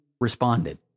responded